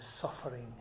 suffering